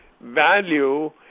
value